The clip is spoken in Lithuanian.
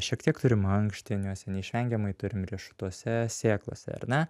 šiek tiek turim ankštiniuose neišvengiamai turim riešutuose sėklose ar ne